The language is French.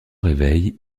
réveil